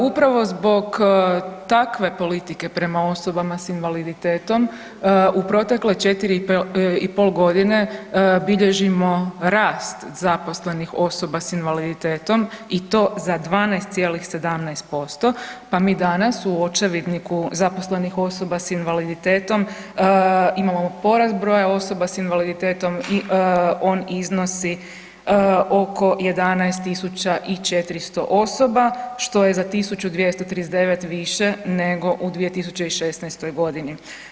Upravo zbog takve politike prema osobama sa invaliditetom u protekle četiri i pol godine bilježimo rast zaposlenih osoba sa invaliditetom i to za 12,17% pa mi danas u očevidniku zaposlenih osoba sa invaliditetom imamo porast broja osoba sa invaliditetom i on iznosi oko 11400 osoba što je za 1239 više nego u 2016. godini.